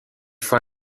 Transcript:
fois